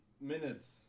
minutes